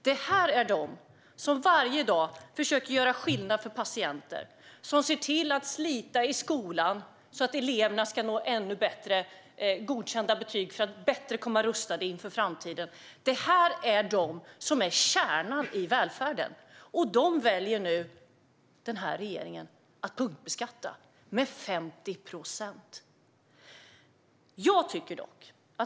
Det handlar om dem som varje dag försöker göra skillnad för patienter och om dem som sliter i skolan så att eleverna ska nå godkända betyg och vara bättre rustade inför framtiden. Det är de som är kärnan i välfärden. Dem väljer den här regeringen nu att punktbeskatta med 50 procent.